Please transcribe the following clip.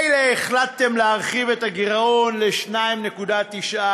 מילא החלטתם להרחיב את הגירעון ל-2.9%.